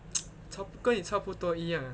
差不多跟你差不多一样 ah